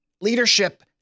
leadership